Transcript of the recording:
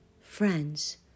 friends